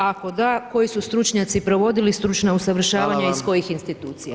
A ako da koji su stručnjaci provodili stručna usavršavanja, iz kojih institucija?